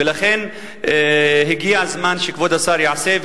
ולכן הגיע הזמן שכבוד השר יעשה,